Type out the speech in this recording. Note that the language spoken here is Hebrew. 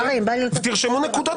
תרשמו נקודות.